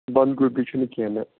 بنٛدگوٗپی چھُنہٕ کیٚنٛہہ نہ